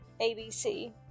ABC